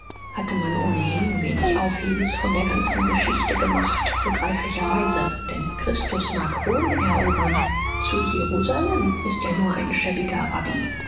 hatte man ohnehin wenig aufhebens von der ganzen geschichte gemacht begreiflicherweise denn christus mag rom erobern zu jerusalem ist er nur ein schäbiger rabbi